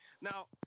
Now